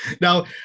Now